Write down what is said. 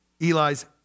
Eli's